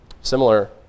Similar